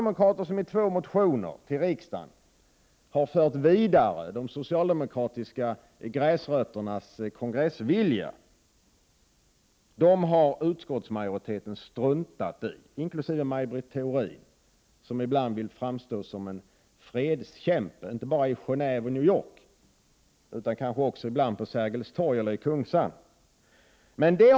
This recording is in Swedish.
Maj Britt Theorin, vill ibland framstå som en fredskämpe, inte bara i Genéve och New York utan kanske också på Sergels torg eller i Kungsträdgården.